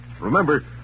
Remember